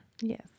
Yes